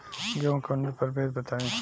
गेंहू के उन्नत प्रभेद बताई?